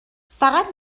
فقط